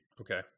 Okay